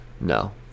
No